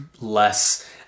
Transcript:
less